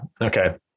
Okay